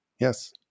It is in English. Yes